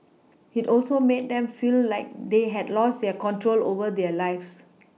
it also made them feel like they had lost their control over their lives